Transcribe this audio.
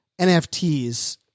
NFTs